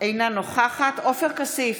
אינה נוכחת עופר כסיף,